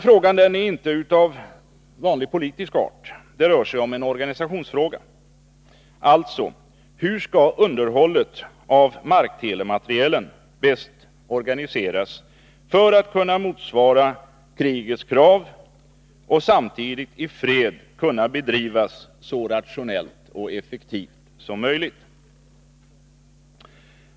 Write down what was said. Frågan är inte av vanlig politisk art — det rör sig om en organisationsfråga. Alltså: Hur skall underhållet av marktelematerielen bäst organiseras för att kunna motsvara krigets krav och samtidigt i fred kunna bedrivas så rationellt och effektivt som möjligt?